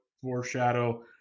foreshadow